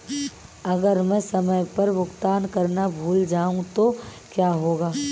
अगर मैं समय पर भुगतान करना भूल जाऊं तो क्या होगा?